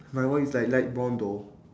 my one is like light brown though